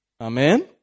Amen